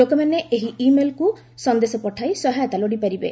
ଲୋକମାନେ ଏହି ଇ ମେଲ୍କୁ ସନ୍ଦେଶ ପଠାଇ ସହାୟତା ଲୋଡିପାରିବେ